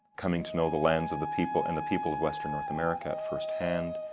coming to know the lands of the people and the people of western north america first hand.